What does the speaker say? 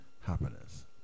happiness